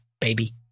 baby